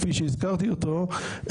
כפי שהזכרתי אותו,